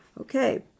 Okay